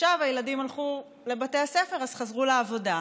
עכשיו הילדים הלכו לבתי הספר אז חזרנו לעבודה.